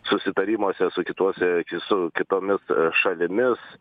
susitarimuose su kituose su kitomis šalimis